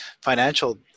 financial